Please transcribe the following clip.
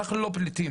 אנחנו לא פליטים,